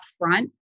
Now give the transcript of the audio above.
upfront